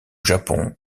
japon